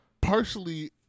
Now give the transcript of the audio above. partially